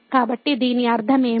కాబట్టి దీని అర్థం ఏమిటి